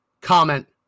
comment